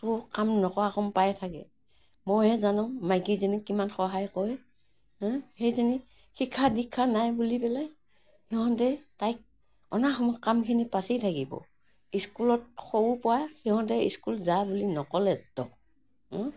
তোক কাম নকৰা ৰকম পাই থাকে মইহে জানো মাইকীজনীক কিমান সহায় কৰে সেইজনী শিক্ষা দীক্ষা নাই বুলি পেলাই সিহঁতে তাইক অনাসময়ত কামখিনি পাচি থাকিব স্কুলত সৰুৰপৰা সিহঁতে স্কুল যা বুলি নক'লে তাক